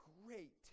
great